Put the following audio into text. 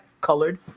Colored